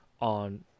on